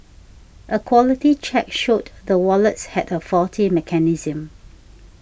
a quality check showed the wallets had a faulty mechanism